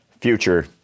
future